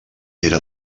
era